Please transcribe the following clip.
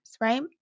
Right